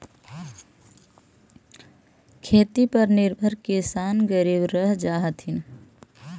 खेती पर निर्भर किसान गरीब रह जा हथिन